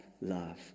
love